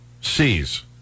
sees